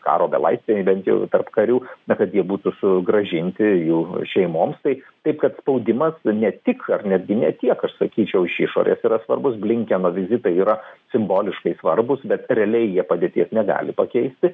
karo belaisviai bent jau tarp karių na kad jie būtų sugrąžinti jų šeimoms tai taip kad spaudimas ne tik ar netgi ne tiek aš sakyčiau iš išorės yra svarbus blinkeno vizitai yra simboliškai svarbūs bet realiai jie padėties negali pakeisti